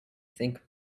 think